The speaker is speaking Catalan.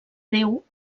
déu